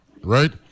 right